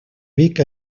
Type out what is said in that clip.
vic